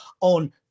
on